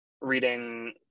reading